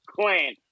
clan